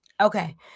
Okay